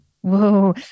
Whoa